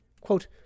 Quote